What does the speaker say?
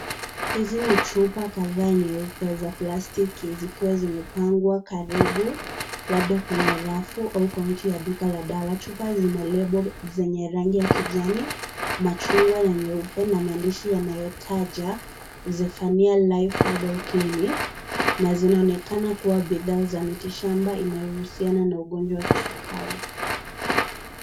Hizi ni chupa kadhaa nyeupe za plastiki zikiwa zimepangwa karibu . Labda kwenye rafu au kauni ya dawa, chupa zina lebo zenye rangi ya kijani machungwa na nyeupe na maandishi yanayotaja (cs)Zephaniah life herbal clinic(cs) na zinaonekana kuwa bidhaa za mitishamba inayohusiana na ugonjwa wa kisukari .